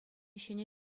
ҫӗнӗ